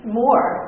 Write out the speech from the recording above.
more